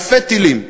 אלפי טילים.